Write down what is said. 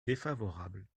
défavorable